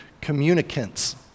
communicants